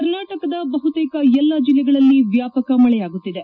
ಕರ್ನಾಟಕದ ಬಹುತೇಕ ಎಲ್ಲಾ ಜಿಲ್ಲೆಗಳಲ್ಲಿ ವ್ಲಾಪಕ ಮಳೆಯಾಗುತ್ತಿದೆ